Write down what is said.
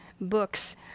books